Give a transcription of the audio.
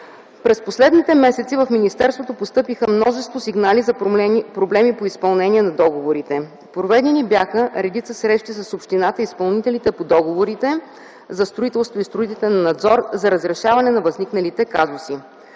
През последните месеци в министерството постъпиха множество сигнали за проблеми по изпълнение на договорите. Проведени бяха редица срещи с общината и изпълнителите по договорите за строителство и строителен надзор за разрешаване на възникналите казуси.